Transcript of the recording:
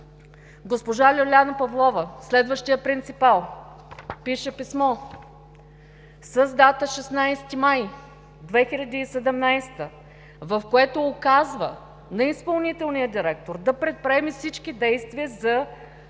Госпожа Лиляна Павлова – следващият принципал, пише писмо с дата 16 май 2017 г., в което указва на изпълнителния директор да предприеме всички действия за,